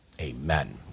Amen